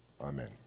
Amen